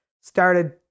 started